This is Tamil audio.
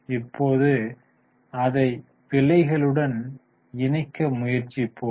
இப்போது அதை விலைகளுடன் இணைக்க முயற்சிப்போம்